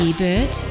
bird